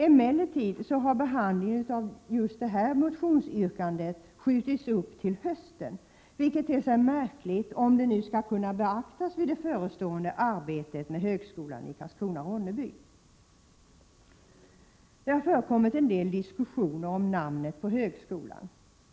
Emellertid har behandlingen av just detta motionsyrkande skjutits upp till hösten, vilket ter sig märkligt om det skall kunna beaktas vid det förestående arbetet med högskolan i Karlskrona— Ronneby. Det har förekommit en del diskussioner om namnet på högskolan.